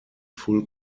full